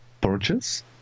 purchase